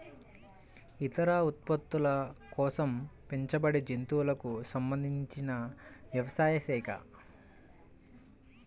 ఇతర ఉత్పత్తుల కోసం పెంచబడేజంతువులకు సంబంధించినవ్యవసాయ శాఖ